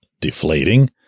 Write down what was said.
deflating